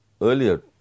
earlier